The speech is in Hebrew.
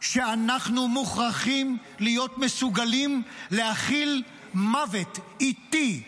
שאנחנו מוכרחים להיות מסוגלים להכיל מוות איטי,